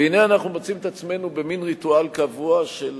והנה, אנחנו מוצאים את עצמנו במין ריטואל קבוע של